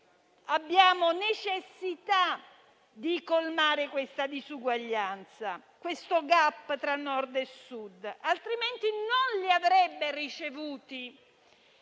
abbiamo necessità di colmare la disuguaglianza, il *gap* tra Nord e Sud, altrimenti non li avrebbe ricevuti.